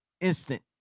instant